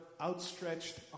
outstretched